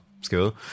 school